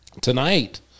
Tonight